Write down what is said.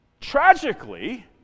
tragically